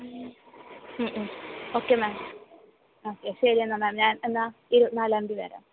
okay ma'am okay ശരിയെന്നാൽ ma'am ഞാൻ എന്നാൽ ഇരുപത്തിനാലാം തീയ്യതി വരാം